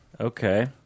Okay